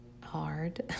hard